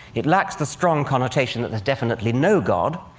it lacks the strong connotation that there's definitely no god,